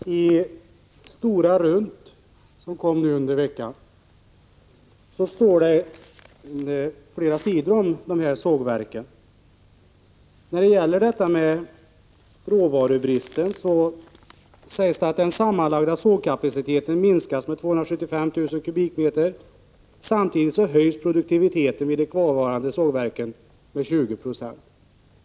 Herr talman! I Stora Runt, som kom ut under veckan, skrivs det flera sidor om dessa sågverk. Om råvarubristen sägs att den sammanlagda sågkapaciteten minskas med 275 000 m?. Samtidigt höjs produktiviteten vid de kvarvarande sågverken med 20 96.